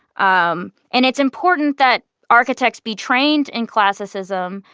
um and it's important that architects be trained in classicism,